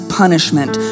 punishment